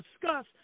discuss